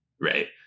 Right